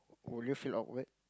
would you feel awkward